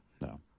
no